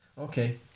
Okay